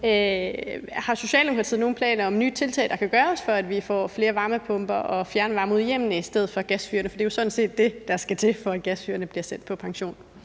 om Socialdemokratiet har nogen planer om nye tiltag, der kan gøres, for at vi får flere varmepumper og fjernvarme ude i hjemmene i stedet for gasfyrene, for det er jo sådan set det, der skal til for, at gasfyrene bliver sendt på pension.